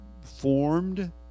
formed